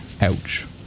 ouch